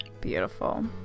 Beautiful